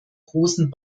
großen